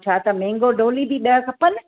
छा त महांगो डोली बि ॾह खपनि